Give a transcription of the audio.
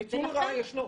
ניצול לרעה כבר ישנו.